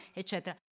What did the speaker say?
eccetera